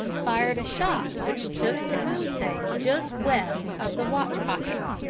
fired a shot which took tecumseh just west of the watch-pocket.